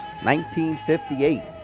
1958